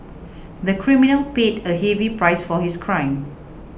the criminal paid a heavy price for his crime